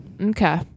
Okay